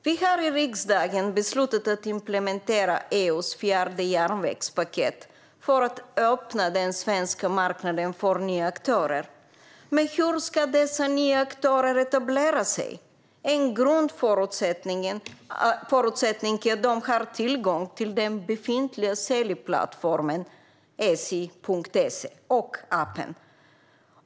Vi har i riksdagen beslutat att implementera EU:s fjärde järnvägspaket för att öppna den svenska marknaden för nya aktörer. Men hur ska dessa nya aktörer etablera sig? En grundförutsättning är att de har tillgång till den befintliga säljplattformen sj.se och appen.